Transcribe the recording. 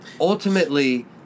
ultimately